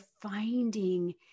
finding